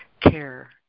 care